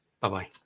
Bye-bye